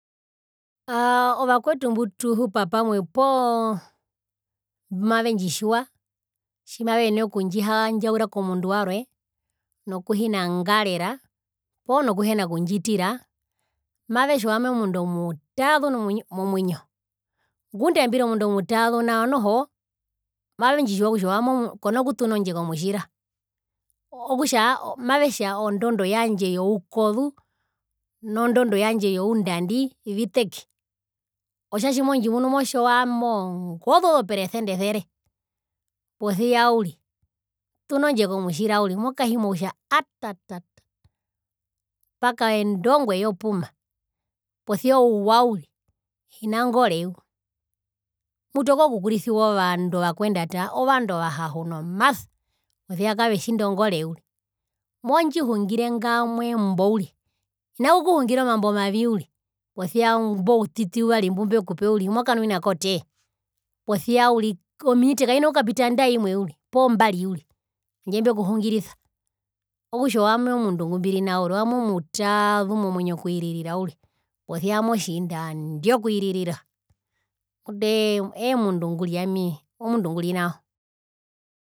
Aaaa ovakwetu mbutuhupa pamwe poo mbumavendjitjiwa tjimavenene okundjihandjaura komundu warwe nokuhina ngarera poo nokuhina kundjitira mavetja owami omundu omutaazu momwinyo ngunda ambiri omundu mutaazu nao noho mavendjitjiwa kutja owami o kona kutuna ondje komutjira okutja mavetja ondondo yandje youkozu nondondo yandje youndandi viteki otja tjimondjimunu motja owami ongozu ozo peresende esere posia uriri tuna ondje komutjira uriri mokahimwa kutja atatata pakaenda ongwe yo puma, posia ouwa uriri hina ngore uri mutu okokurisiwa ovandu ovakuendata ovandu ovahahu nomasa posia kavetjindi ongore uri. Mondjihungire ngamwa embo uri hina kukuhungira omambo mavi uri posia imbo utiti uvari mbumbekupe uriri mokanwinako tee posia uri ominite kaina kukapita andae imwe uriri poo mbari uririhandje mbekuhingirisa okutja owami omundu ngumbiri nao owami omutaazu momwinyo okwirira uriri posia owami otjindandi okwiririra mutu eemundu nguri ami omundu nguri nao.